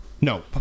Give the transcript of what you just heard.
no